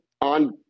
on